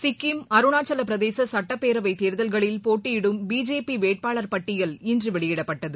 சிக்கிம் அருணாசலபிரதேச சுட்டப்பேரவைத் தேர்தல்களில் போட்டியிடும் பிஜேபி வேட்பாளர் பட்டியல் இன்று வெளியிடப்பட்டது